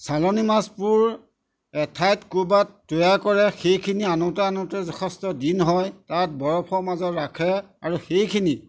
চালানী মাছবোৰ এঠাইত ক'ৰবাত তৈয়াৰ কৰে সেইখিনি আনোতে আনোতে যথেষ্ট দিন হয় তাত বৰফৰ মাজত ৰাখে আৰু সেইখিনি